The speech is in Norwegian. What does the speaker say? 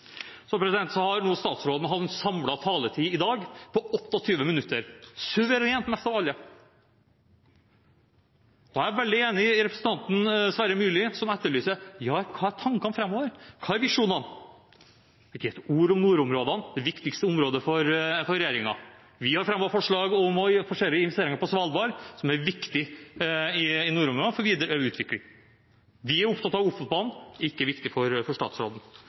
har hatt en samlet taletid i dag på 28 minutter – suverent mest av alle. Jeg er veldig enig med representanten Sverre Myrli, som etterlyser hva tankene framover er, hva visjonene er. Det er ikke ett ord om nordområdene, det viktigste området for regjeringen. Vi har fremmet forslag om å forsere investeringer på Svalbard, som er viktig for videre utvikling i nordområdene. Vi er opptatt av Ofotbanen. Det er ikke viktig for statsråden.